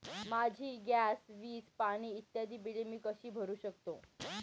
माझी गॅस, वीज, पाणी इत्यादि बिले मी कशी भरु शकतो?